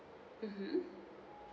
mmhmm